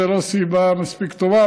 זו לא סיבה מספיק טובה,